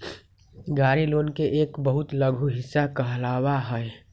गाड़ी लोन के एक बहुत लघु हिस्सा कहलावा हई